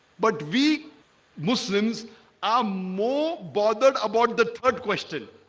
but we muslims are more bothered about the third question.